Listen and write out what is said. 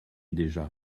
déjà